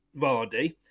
Vardy